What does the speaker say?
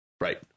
right